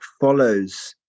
follows